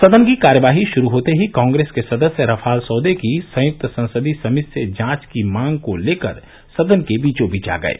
सदन की कार्यवाही शुरू होर्त ही कांग्रेस के सदस्य रफाल सौदे की संयुक्त संसदीय समिति से जांच की मांग को लेकर सदन के बीचोबीच आ गये